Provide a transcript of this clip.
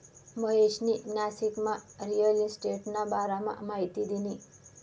महेशनी नाशिकमा रिअल इशटेटना बारामा माहिती दिनी